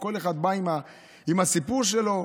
וכל אחד בא עם הסיפור שלו: